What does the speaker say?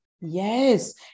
Yes